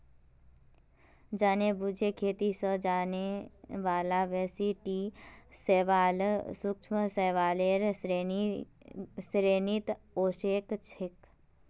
जानेबुझे खेती स जाने बाला बेसी टी शैवाल सूक्ष्म शैवालेर श्रेणीत ओसेक छेक